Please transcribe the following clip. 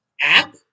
app